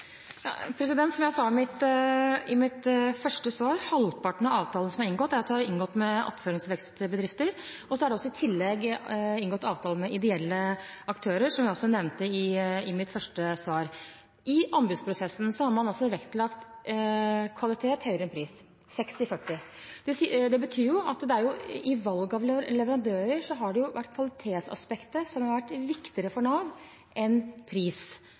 Som jeg sa i mitt første svar: Halvparten av avtalene som er inngått, er inngått med attførings- og vekstbedrifter. I tillegg er det inngått avtaler med ideelle aktører, som jeg også nevnte i mitt første svar. I anbudsprosessen har man vektlagt kvalitet høyere enn pris – 60/40. Det betyr at i valg av leverandører har kvalitetsaspektet vært viktigere for Nav enn prisaspektet. Jeg føler meg ganske trygg på at tjenester til brukerne vil bli bedre når man også må konkurrere om dem – det